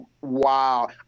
Wow